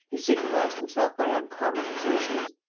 he signalized himself by uncommon exertions.